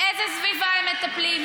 באיזו סביבה הם מטפלים,